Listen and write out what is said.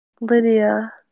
Lydia